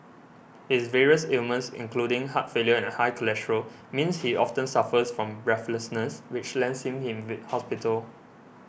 his various ailments including heart failure and high cholesterol means he often suffers from breathlessness which lands him in V hospital